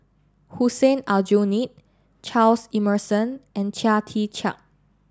Hussein Aljunied Charles Emmerson and Chia Tee Chiak